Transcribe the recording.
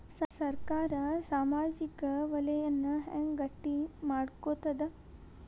ಸರ್ಕಾರಾ ಸಾಮಾಜಿಕ ವಲಯನ್ನ ಹೆಂಗ್ ಗಟ್ಟಿ ಮಾಡ್ಕೋತದ?